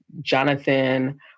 Jonathan